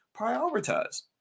prioritize